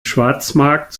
schwarzmarkt